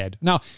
now